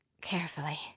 carefully